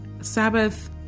Sabbath